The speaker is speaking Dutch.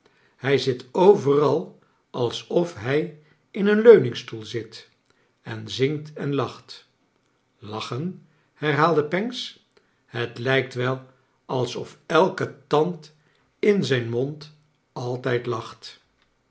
hij zit overal als of hij in een leuningstoel zit en zingt en lacht lachen herhaalde pancks met lijkt wel als of elke tand in zijn mond altijd lacht